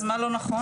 אז מה לא נכון?